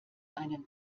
einen